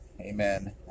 Amen